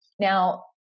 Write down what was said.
Now